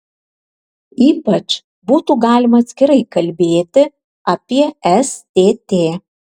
ypač būtų galima atskirai kalbėti apie stt